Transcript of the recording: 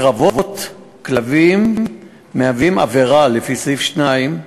קרבות כלבים הם עבירה לפי סעיף 2